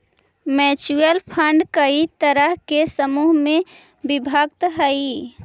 mutual fund कई तरह के समूह में विभक्त हई